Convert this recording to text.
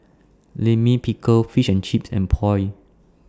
Lime Pickle Fish and Chips and Pho